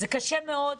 זה קשה מאוד,